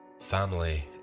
Family